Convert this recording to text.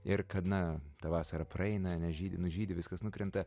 ir kada ta vasara praeina nežydi nužydi viskas nukrenta